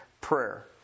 prayer